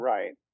Right